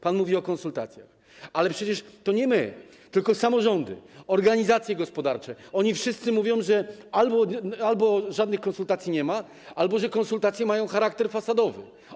Pan mówi o konsultacjach, ale przecież to nie my, tylko samorządy, organizacje gospodarcze, oni wszyscy mówią, że albo żadnych konsultacji nie ma, albo że konsultacje mają charakter fasadowy.